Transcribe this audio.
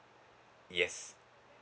yes